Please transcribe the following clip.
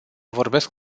vorbesc